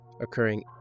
occurring